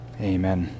Amen